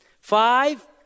Five